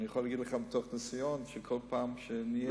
אני יכול להגיד לך מתוך ניסיון, לא פחות מתוק.